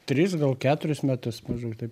tris gal keturis metus maždaug taip